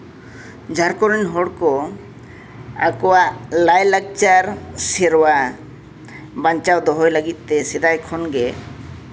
ᱡᱷᱟᱲᱠᱷᱚᱸᱰ ᱨᱮᱱ ᱦᱚᱲ ᱠᱚ ᱟᱠᱚᱣᱟᱜ ᱞᱟᱭᱼᱞᱟᱠᱪᱟᱨ ᱥᱮᱨᱣᱟ ᱵᱟᱧᱪᱟᱣ ᱫᱚᱦᱚᱭ ᱞᱟᱹᱜᱤᱫ ᱛᱮ ᱥᱮᱫᱟᱭ ᱠᱷᱚᱱᱜᱮ